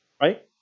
right